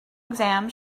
exam